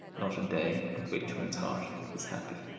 not a day on which one's heart is happy.